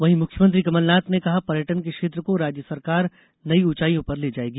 वहीं मुख्यमंत्री कमलनाथ ने कहा पर्यटन के क्षेत्र को राज्य सरकार नई उंचाइयों पर ले जाएगी